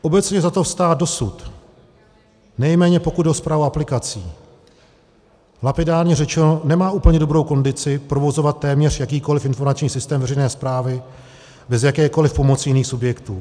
Obecně vzato stát dosud, nejméně pokud jde o správu aplikací, lapidárně řečeno nemá úplně dobrou kondici provozovat téměř jakýkoli informační systém veřejné správy bez jakékoli pomoci jiných subjektů.